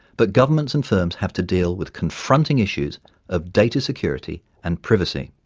but governments and firms have to deal with confronting issues of data security and privacy.